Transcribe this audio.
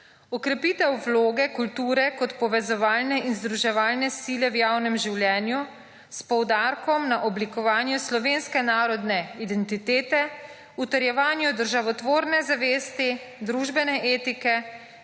vloge kulture kot povezovalne in združevalne sile v javnem življenju, s poudarkom na oblikovanju slovenske narodne identitete, utrjevanje državotvorne zavesti, družbene etike,